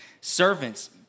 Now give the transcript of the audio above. servants